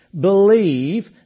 believe